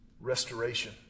restoration